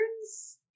turns